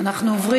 בעד,